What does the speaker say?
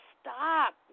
stop